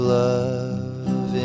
love